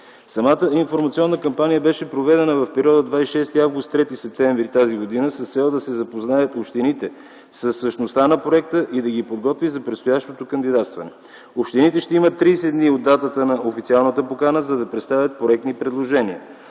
Самата информационна кампания беше проведена в периода 26 август – 3 септември т.г. с цел да се запознаят общините със същността на проекта и да ги подготви за предстоящото кандидатстване. Общините ще имат 30 дни от датата на официалната покана, за да представят коректни предложения.